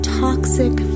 toxic